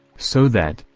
so that,